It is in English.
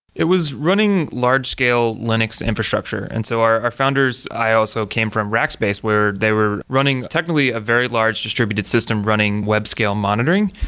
it was running large-scale linux infrastructure. and so our our founders i also came from rackspace, where they were running technically a very large distributed system running web scale monitoring.